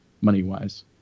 money-wise